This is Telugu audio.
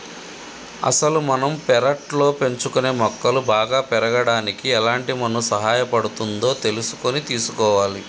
అసలు మనం పెర్లట్లో పెంచుకునే మొక్కలు బాగా పెరగడానికి ఎలాంటి మన్ను సహాయపడుతుందో తెలుసుకొని తీసుకోవాలి